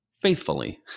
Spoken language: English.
faithfully